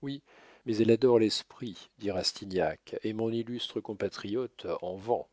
oui mais elle adore l'esprit dit rastignac et mon illustre compatriote en vend